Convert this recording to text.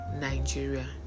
Nigeria